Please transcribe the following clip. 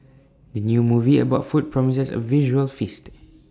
the new movie about food promises A visual feast